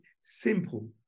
simple